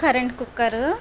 current cocker